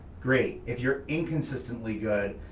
great. if you're inconsistently good,